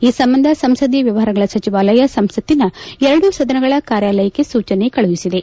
ಈ ಸಂಬಂಧ ಸಂಸದೀಯ ವ್ಯವಹಾರಗಳ ಸಚಿವಾಲಯ ಸಂಸತ್ತಿನ ಎರಡೂ ಸದನಗಳ ಕಾರ್ಯಾಲಯಕ್ಕೆ ಸೂಚನೆ ಕಳುಹಿಸಿದೆ